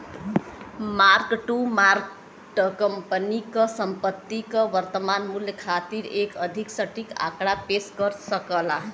mark to market company क संपत्ति क वर्तमान मूल्य खातिर एक अधिक सटीक आंकड़ा पेश कर सकला